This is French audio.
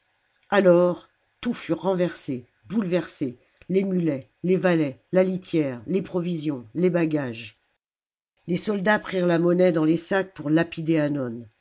alors tout fut renversé bouleversé les mulets les valets la litière les provisions les bagages les soldats prirent la monnaie dans les sacs pour lapider hannon